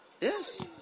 Yes